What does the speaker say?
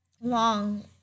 long